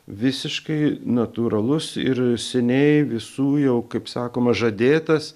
visiškai natūralus ir seniai visų jau kaip sakoma žadėtas